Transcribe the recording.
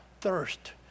thirst